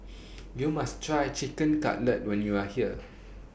YOU must Try Chicken Cutlet when YOU Are here